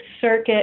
Circuit